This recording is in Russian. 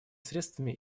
средствами